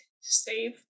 save